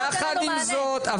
אבל יחד עם זאת,